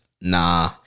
Nah